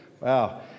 Wow